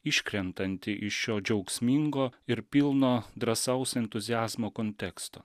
iškrentanti iš šio džiaugsmingo ir pilno drąsaus entuziazmo konteksto